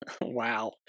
Wow